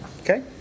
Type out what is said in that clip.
Okay